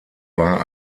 war